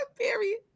Period